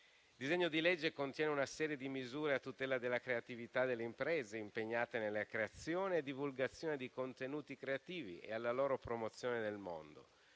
Il disegno di legge contiene una serie di misure a tutela della creatività delle imprese impegnate nella creazione e divulgazione di contenuti creativi e della loro promozione nel mondo.